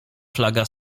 flaga